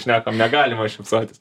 šnekam negalima šypsotis